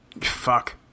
fuck